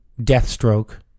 Deathstroke